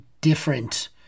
different